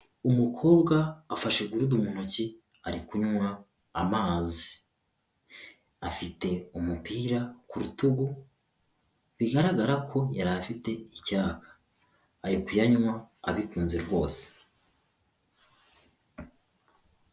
Umukobwa afashe gurudu mu ntoki ari kunywa amazi, afite umupira ku rutugu, bigaragara ko yari afite icyaka, ari kuyanywa abikunze rwose.